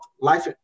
Life